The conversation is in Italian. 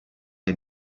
che